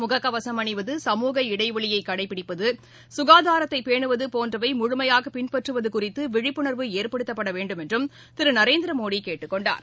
மகக்கவசம் அணிவகட சமூக இடைவெளியைகடைபிடிப்பது சுனதாரத்தைபேனுவதபோன்றவைமுழுமையாககடபிடிக்கப்படுவதுகுறித்துவிழிப்புணர்வு ஏற்படுத்தப்படவேண்டும் என்றதிருநரேந்திரமோடிகேட்டுக் கொண்டார்